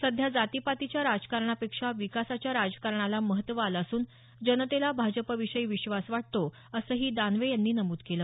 सध्या जाती पातीच्या राजकारणापेक्षा विकासाच्या राजकारणाला महत्व आलं असून जनतेला भाजपा विषयी विश्वास वाटतो असंही दानवे यांनी नमूद केलं